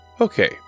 Okay